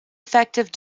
effective